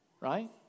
Right